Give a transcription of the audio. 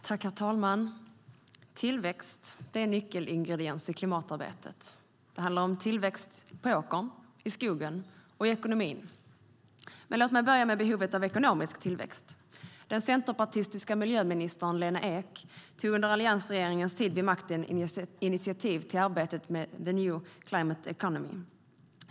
Herr talman! Tillväxt är en nyckelingrediens i klimatarbetet. Det handlar om tillväxt på åkern, i skogen och i ekonomin. Låt mig börja med behovet av ekonomisk tillväxt. Den centerpartistiska miljöministern Lena Ek tog under alliansregeringens tid vid makten initiativ till arbetet med new climate economy.